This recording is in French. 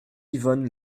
yvonne